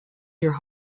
your